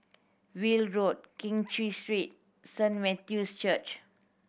Weld Road Keng Cheow Street Saint Matthew's Church